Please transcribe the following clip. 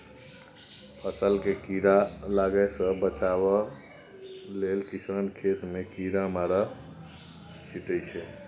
फसल केँ कीड़ा लागय सँ बचाबय लेल किसान खेत मे कीरामार छीटय छै